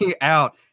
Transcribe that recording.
out